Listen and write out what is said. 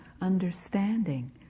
understanding